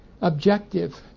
objective